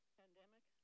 pandemic